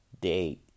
day